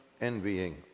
envying